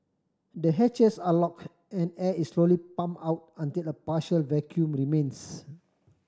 the hatches are lock and air is slowly pump out until a partial vacuum remains